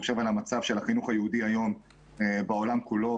המצב של החינוך היהודי היום בעולם כולו,